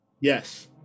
Yes